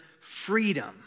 freedom